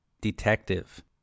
Detective